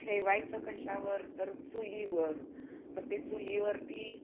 ठेवायचं कशावर तर चुलीवर मग ते चुलीवरती